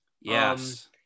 Yes